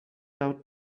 out